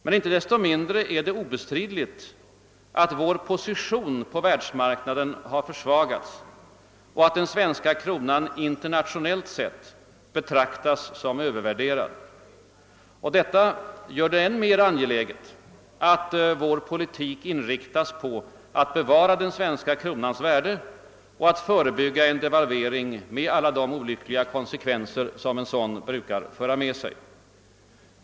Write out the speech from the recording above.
Men icke desto mindre är det obestridligt att vår position på världsmarknaden har försvagats och att den svenska kronan internationellt sett betraktas som övervärderad. Detta gör det än mer angeläget att vår politik inriktas på att bevara den svenska kronans värde och att förebygga en devalvering med alla de olyckliga konsekvenser som en sådan brukar föra med sig.